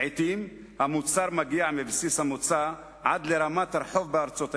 לעתים המוצר מגיע מבסיס המוצא עד לרמת הרחוב בארצות היעד,